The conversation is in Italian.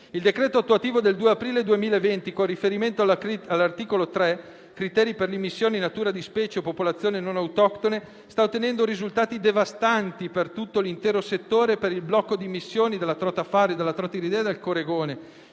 Il decreto attuativo del 2 aprile 2020, con riferimento all'articolo 3 criteri per l'immissione in natura di specie o popolazioni non autoctone sta ottenendo risultati devastanti per l'intero settore per il blocco di immissioni della trota fario, della trota iridea e del coregone.